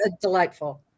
delightful